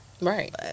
Right